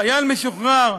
חייל משוחרר,